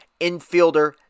infielder